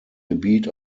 gebiet